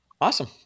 Awesome